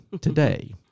today